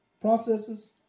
processes